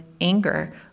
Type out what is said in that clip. anger